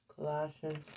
Colossians